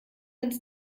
ins